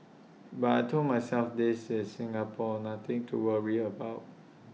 but I Told myself this is Singapore nothing to worry about